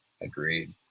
Agreed